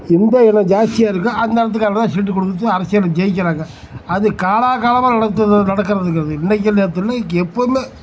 எந்த இனம் ஜாஸ்தியாக இருக்கோ அந்த இனத்துக்காரருக்கு தான் சீட்டு கொடுத்து அரசியலில் ஜெயிக்கிறாங்க அது காலாகாலமாக நடக்கிறதுங்கிறது இன்றைக்கு நேற்று இல்லை எப்போதுமே